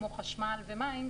כמו חשמל ומים,